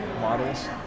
models